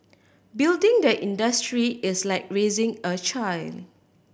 building the industry is like raising a child